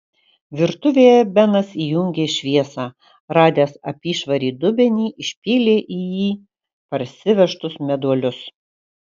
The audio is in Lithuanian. virtuvėje benas įjungė šviesą radęs apyšvarį dubenį išpylė į jį parsivežtus meduolius